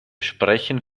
sprechen